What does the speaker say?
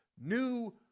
New